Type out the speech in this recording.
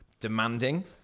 Demanding